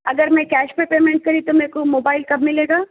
اگر میں cash pay payment کری تو میرے کو موبائل کب ملے گا